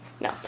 no